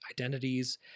identities